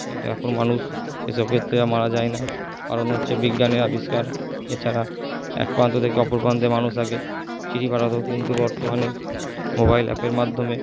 কিন্তু এখন মানুষ সেসব ক্ষেত্রে আর মারা যায় না কারণ হচ্ছে বিজ্ঞানের আবিষ্কার এছাড়া এক প্রান্ত থেকে অপর প্রান্তে মানুষ আগে চিঠি পাঠাতো কিন্তু বর্তমানে মোবাইল অ্যাপের মাধ্যমে